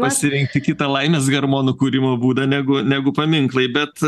pasirinkti kitą laimės hormonų kūrimo būdą negu negu paminklai bet